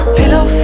pillow